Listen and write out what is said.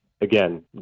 Again